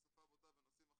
שפה בוטה ונושאים אחרים.